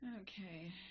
Okay